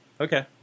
Okay